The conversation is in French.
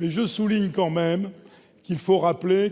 mais je rappelle quand même